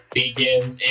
begins